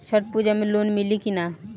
छठ पूजा मे लोन मिली की ना?